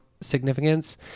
significance